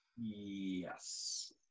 Yes